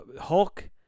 Hulk